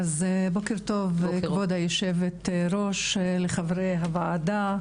בוקר טוב כבוד היושבת-ראש, חברי הוועדה.